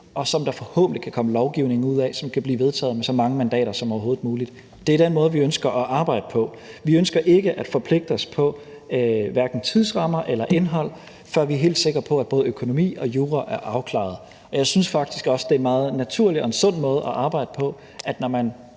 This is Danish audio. og som der forhåbentlig kan komme lovgivning ud af, der kan blive vedtaget med så mange mandater som overhovedet muligt. Det er den måde, vi ønsker at arbejde på. Vi ønsker ikke at forpligte os på hverken tidsrammer eller indhold, før vi er helt sikre på, at både økonomi og jura er afklaret. Jeg synes faktisk også, det er en meget naturlig og sund måde at arbejde på, at når man